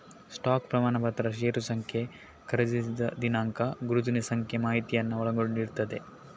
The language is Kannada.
ಸ್ಟಾಕ್ ಪ್ರಮಾಣಪತ್ರ ಷೇರು ಸಂಖ್ಯೆ, ಖರೀದಿಸಿದ ದಿನಾಂಕ, ಗುರುತಿನ ಸಂಖ್ಯೆ ಮಾಹಿತಿಯನ್ನ ಒಳಗೊಂಡಿರ್ತದೆ